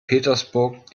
petersburg